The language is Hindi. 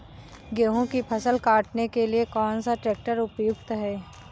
गेहूँ की फसल काटने के लिए कौन सा ट्रैक्टर उपयुक्त है?